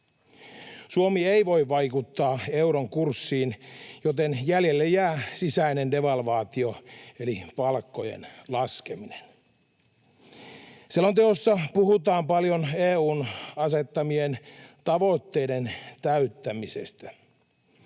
Suomi ei voi vaikuttaa euron kurssiin, joten jäljelle jää sisäinen devalvaatio eli palkkojen laskeminen. Selonteossa puhutaan paljon EU:n asettamien tavoitteiden täyttämisestä.